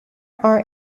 are